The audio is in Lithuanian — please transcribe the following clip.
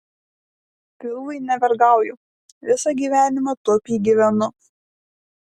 pilvui nevergauju visą gyvenimą taupiai gyvenu